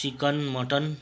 chicken mutton